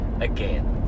again